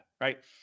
right